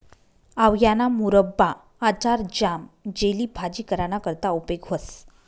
आवयाना मुरब्बा, आचार, ज्याम, जेली, भाजी कराना करता उपेग व्हस